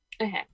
Okay